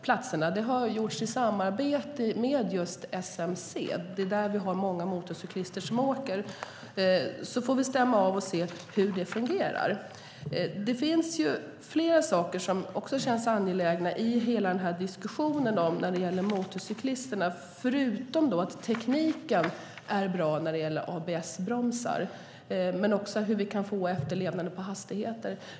Platserna är valda i samarbete med SMC. Det är många motorcyklister som åker där. Sedan får vi stämma av och se hur det fungerar. Det finns flera saker som känns angelägna i hela diskussionen om motorcyklisterna. Tekniken är bra när det gäller detta med ABS-bromsar, men det handlar också om hur vi kan få efterlevnad när det gäller hastigheter.